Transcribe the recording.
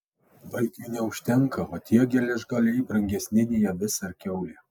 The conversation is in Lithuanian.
valgiui neužtenka o tie geležgaliai brangesni nei avis ar kiaulė